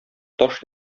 таш